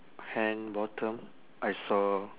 hand bottom I saw